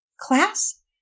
Class